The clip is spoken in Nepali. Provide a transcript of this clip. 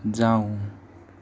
जाऊँ